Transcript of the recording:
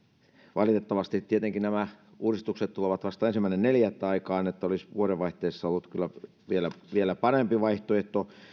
valitettavasti tietenkin nämä uudistukset tulevat vasta ensimmäinen neljättä voimaan olisi vuodenvaihteessa ollut kyllä vielä vielä parempi vaihtoehto